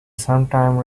sometimes